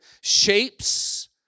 shapes